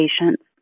patients